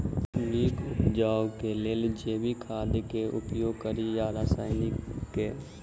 नीक उपज केँ लेल जैविक खाद केँ उपयोग कड़ी या रासायनिक केँ?